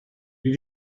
did